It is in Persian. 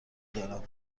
دارم